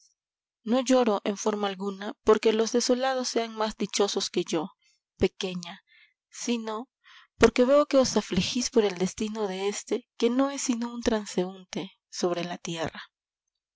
no lloro en forma alguna porque los desolados sean más dichosos que yo pequeña sino porque veo que os afligís por el destino de éste que no es sino un transeúnte sobre la tierra